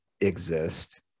exist